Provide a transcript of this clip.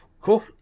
Cool